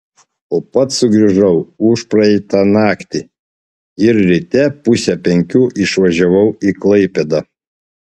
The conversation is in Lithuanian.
o pats sugrįžau užpraeitą naktį ir ryte pusę penkių išvažiavau į klaipėdą